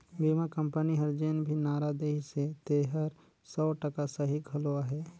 बीमा कंपनी हर जेन भी नारा देहिसे तेहर सौ टका सही घलो अहे